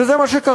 וזה מה שקרה,